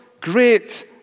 great